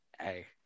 hey